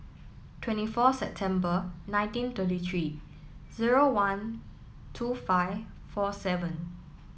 twenty four September nineteen thirty three zero one two five four seven